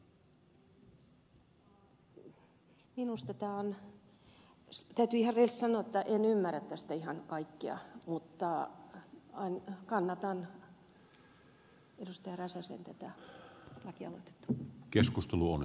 täytyy ihan rehellisesti sanoa että en ymmärrä tästä ihan kaikkea mutta kannatan ed